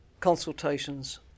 consultations